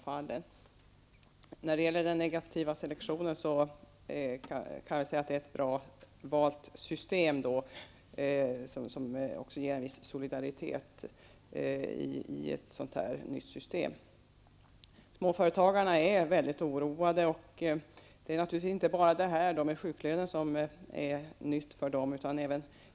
Systemet med negativ selektion är ett bra valt system som också ger en viss solidaritet i ett sådant här nytt system. Småföretagarna är väldigt oroade. Det är naturligtvis inte bara detta med sjuklönen som är en nyhet för dem.